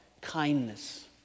kindness